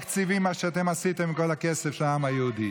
תקציבים, מה שאתם עשיתם על כל הכסף של העם היהודי.